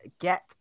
get